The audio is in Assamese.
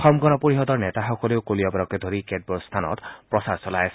অসম গণ পৰিষদৰ নেতাসকলেও কলিয়াবৰকে ধৰি কেতবোৰ স্থানত প্ৰচাৰ চলাই আছে